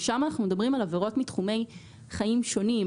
שם אנחנו מדברים על עבירות מתחומי חיים שונים,